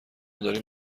داریم